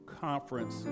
conference